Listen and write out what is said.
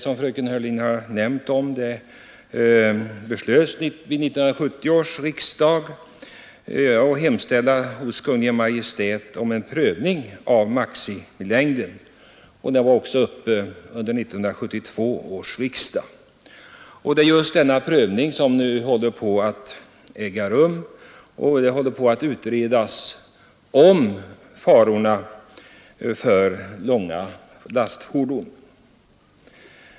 Som fröken Hörlén framhöll beslöt 1970 års riksdag att hemställa hos Kungl. Maj:t om en prövning av maximilängden. Ärendet var även uppe under 1972 års riksdag, då det också beslöts att avvakta utredningens betänkande. Just denna prövning av långa lastfordon i trafiken äger nu rum.